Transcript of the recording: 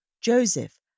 Joseph